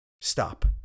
stop